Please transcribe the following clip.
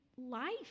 life